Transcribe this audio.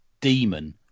demon